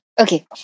Okay